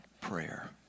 prayer